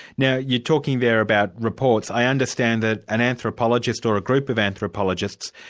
now you're talking there about reports. i understand that an anthropologist, or a group of anthropologists,